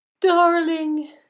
Darling